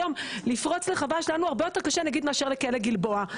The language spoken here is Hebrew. היום לפרוץ לחווה שלנו הרבה יותר קשה מאשר לכלא גלבוע.